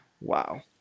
Wow